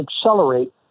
accelerate